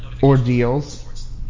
Ordeals